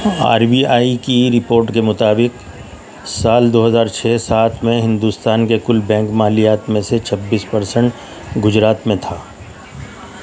are B I کی report کے مطابق سال دوہزار چھ سات میں ہندوستان کے کل بینک مالیات میں سے چھبیس پرسنٹ گجرات میں تھا